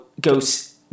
Goes